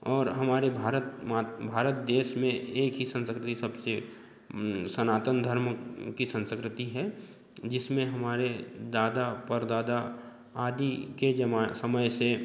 और हमारे भारत मा भारत देश में एक ही संस्कृति सबसे सनातन धर्म की संस्कृति है जिसमें हमारे दादा परदादा आदि के जमा समय से